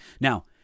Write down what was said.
Now